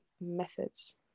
methods